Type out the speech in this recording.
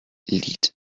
leads